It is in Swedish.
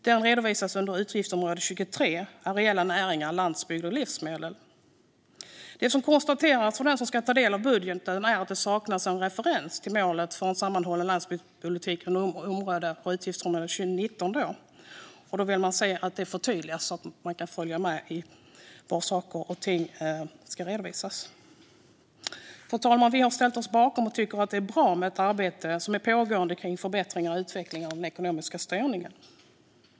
Den redovisas under utgiftsområde 23 Areella näringar, landsbygd och livsmedel. Den som ska ta del av budgeten kan konstatera att det saknas en referens till målet för en sammanhållen landsbygdspolitik i utgiftsområde 19. Då vill man se att det förtydligas så att man kan följa med i var saker och ting ska redovisas. Fru talman! Vi har ställt oss bakom och tycker att det är bra med det arbete som pågår med förbättring och utveckling av den ekonomiska styrningen.